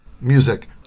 music